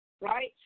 right